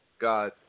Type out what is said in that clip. God